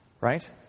Right